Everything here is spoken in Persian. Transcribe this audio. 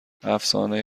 افسانه